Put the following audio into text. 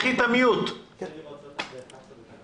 לטיפול בחולים.